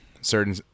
certain